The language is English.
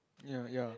ya ya